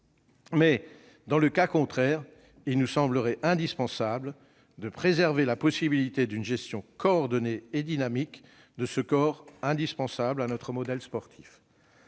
Dans le cas contraire, il nous semblerait indispensable de préserver la possibilité d'une gestion coordonnée et dynamique de ce corps, indispensable à notre modèle sportif.